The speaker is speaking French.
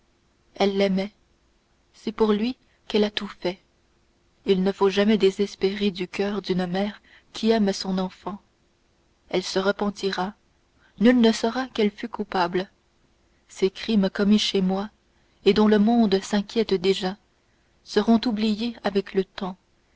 elle l'aimait c'est pour lui qu'elle a tout fait il ne faut jamais désespérer du coeur d'une mère qui aime son enfant elle se repentira nul ne saura qu'elle fut coupable ces crimes commis chez moi et dont le monde s'inquiète déjà ils seront oubliés avec le temps